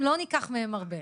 לא ניקח מהם הרבה.